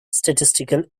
statistical